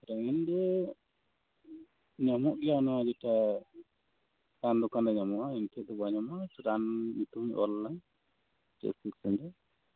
ᱨᱟᱱ ᱫᱚ ᱧᱟᱢᱚᱜ ᱜᱮᱭᱟ ᱚᱱᱟ ᱨᱟᱱ ᱫᱚᱠᱟᱱ ᱨᱮ ᱧᱟᱢᱚᱜᱼᱟ ᱤᱧ ᱴᱷᱮᱱ ᱫᱚ ᱵᱟᱝ ᱧᱟᱢᱚᱜᱼᱟ ᱨᱟᱱ ᱧᱩᱛᱩᱢᱤᱧ ᱚᱞᱟ ᱚᱱᱟ ᱯᱨᱮᱥᱠᱨᱤᱯᱥᱚᱱ ᱨᱮ